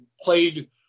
played